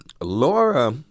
Laura